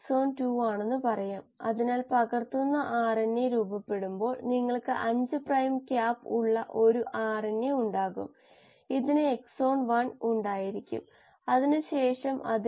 input മാത്രമുള്ള ഒരു പ്രവർത്തനത്തിന്റെ സംക്ഷിപ്തമായ വിശകലന രീതി അല്ലെങ്കിൽ വിശകലനം നമ്മൾ പരിശോധിച്ചു